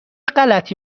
غلتی